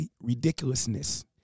ridiculousness